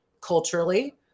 culturally